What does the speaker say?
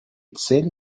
цели